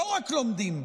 לא רק לומדים,